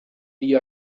the